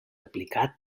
aplicat